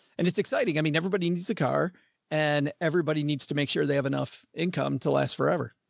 and it's exciting. i mean, everybody needs a car and everybody needs to make sure they have enough income to last forever.